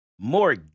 more